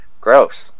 gross